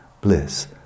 bliss